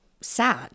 sad